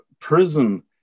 prison